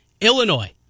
Illinois